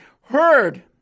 heard